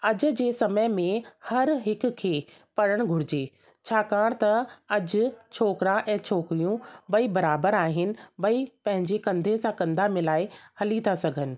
अॼु जे समय में हर हिक खे पढ़णु घुरिजे छाकाणि त अॼु छोकिरा ऐं छोकिरियूं ॿई बराबरु आहिनि ॿई पंहिंजे कंधे सां कंधा मिलाए हली था सघनि